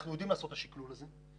אנחנו יודעים לעשות את השקלול הזה,